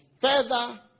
further